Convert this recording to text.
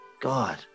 God